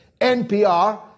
NPR